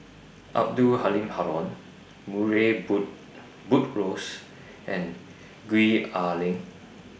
Abdul Halim Haron Murray boot Buttrose and Gwee Ah Leng